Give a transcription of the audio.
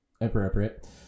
appropriate